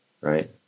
right